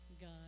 God